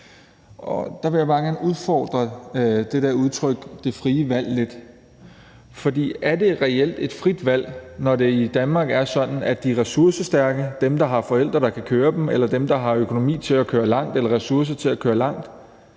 Der vil jeg bare gerne udfordre det der udtryk det frie valg lidt. For er der reelt et frit valg, når det i Danmark er sådan, at de ressourcestærke, altså dem, der har forældre, der kan køre dem, eller dem, der har økonomi eller ressourcer til at køre langt,